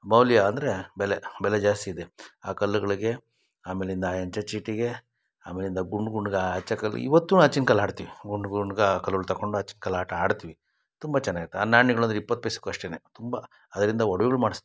ಮೌಲ್ಯ ಅಂದರೆ ಬೆಲೆ ಬೆಲೆ ಜಾಸ್ತಿ ಇದೆ ಆ ಕಲ್ಲುಗ್ಳಿಗೆ ಆಮೇಲಿಂದ ಆ ಅಂಚೆ ಚೀಟಿಗೆ ಆಮೇಲಿಂದ ಗುಂಡು ಗುಂಡ್ಗೆ ಆ ಅಚ್ಚು ಕಲ್ಲು ಇವತ್ತೂ ಅಚ್ಚಿನ ಕಲ್ಲು ಆಡ್ತೀವಿ ಗುಂಡು ಗುಂಡ್ಗೆ ಆ ಕಲ್ಲುಗ್ಳು ತಗೊಂಡು ಅಚ್ಕಲ್ಲು ಆಟ ಆಡ್ತೀವಿ ತುಂಬ ಚೆನ್ನಾಗಿರ್ತೆ ಆ ನಾಣ್ಯಗ್ಳು ಅಂದ್ರೆ ಇಪ್ಪತ್ತು ಪೈಸಕ್ಕೂ ಅಷ್ಟೇ ತುಂಬ ಅದರಿಂದ ಒಡ್ವೆಗಳು ಮಾಡಿಸ್ತೀವಿ